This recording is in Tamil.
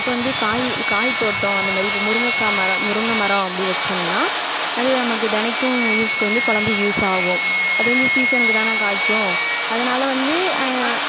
இப்போ வந்து காய் காய் தோட்டம் அந்தமாதிரி இப்போ முருங்கைக்கா மரம் முருங்கை மரம் அப்படி வச்சோம்னா அது நமக்கு தினைக்கும் யூஸுக்கு வந்து கொழம்புக்கு யூஸ் ஆகும் அது வந்து சீசனுக்கு தானே காய்க்கும் அதனால் வந்து